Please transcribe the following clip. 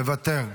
מוותר.